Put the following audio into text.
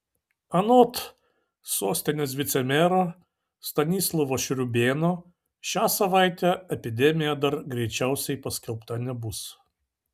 anot sostinės vicemero stanislovo šriūbėno šią savaitę epidemija dar greičiausiai paskelbta nebus